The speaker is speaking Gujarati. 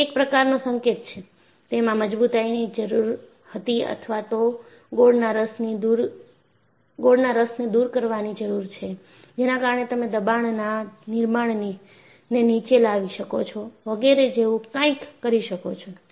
તે એક પ્રકારનો સંકેત છે તેમાં મજબૂતાઈની જરૂર હતી અથવા તો ગોળના રસને દૂર કરવાની જરૂરી છે જેના કારણે તમે દબાણના નિર્માણને નીચે લાવી શકો છો વગેરે જેવું કઇંક કરી શકો છો